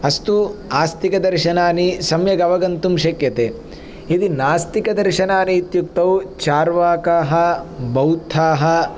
अस्तु आस्तिकदर्शनानि सम्यगवगन्तुं शक्यते यदि नास्तिकदर्शनानि इत्युक्तौ चार्वाकाः बौद्धाः